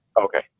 Okay